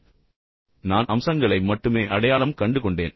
உள் மையத்தைப் பொறுத்தவரை நான் அம்சங்களை மட்டுமே அடையாளம் கண்டுகொண்டேன்